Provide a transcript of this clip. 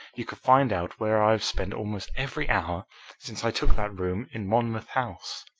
you could find out where i have spent almost every hour since i took that room in monmouth house.